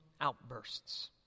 outbursts